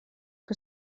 que